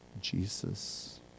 Jesus